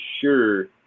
sure